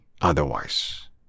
otherwise